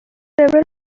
several